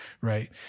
Right